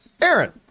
Aaron